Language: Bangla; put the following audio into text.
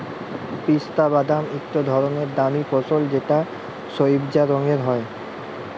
পিস্তা বাদাম ইকট ধরলের দামি ফসল যেট সইবজা রঙের হ্যয়